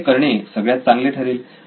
तसे करणे सगळ्यात चांगले ठरेल